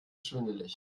schwindelig